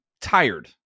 tired